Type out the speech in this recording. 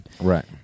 Right